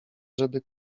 żeby